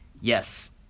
yes